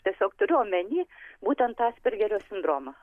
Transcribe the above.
tiesiog turiu omeny būtent aspergerio sindromą